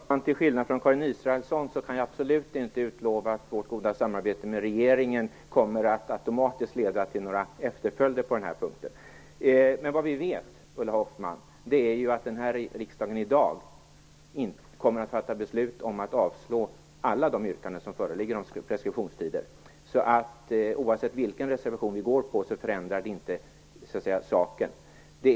Fru talman! Till skillnad från Karin Israelsson kan jag absolut inte utlova att vårt goda samarbete med regeringen automatiskt kommer att leda till några efterföljder på den här punkten. Men vad vi vet, Ulla Hoffmann, det är att riksdagen i dag kommer att besluta om att avslå alla de yrkanden om preskriptionstider som föreligger. Oavsett vilken reservation vi stöder, förändras inte saken.